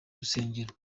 rusengero